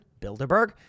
Bilderberg